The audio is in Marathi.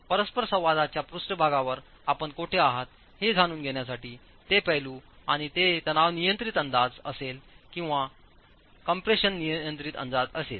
तर परस्परसंवादाच्या पृष्ठभागावर आपण कुठे आहात हे जाणून घेण्यासारखे ते पैलू आणि ते तणाव नियंत्रित अंदाज असेल किंवा कंप्रेशन नियंत्रित अंदाज असेल